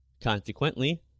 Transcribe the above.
Consequently